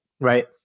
right